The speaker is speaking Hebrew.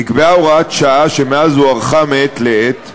נקבעה הוראת שעה, שמאז הוארכה מעת לעת,